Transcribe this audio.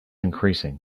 increasing